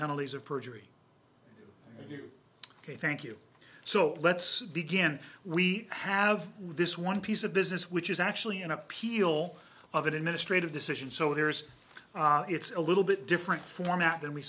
penalties of perjury ok thank you so let's begin we have this one piece of business which is actually an appeal of an administrative decision so there's it's a little bit different format than we